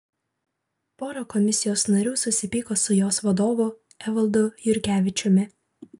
pora komisijos narių susipyko su jos vadovu evaldu jurkevičiumi